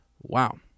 Wow